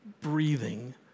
breathing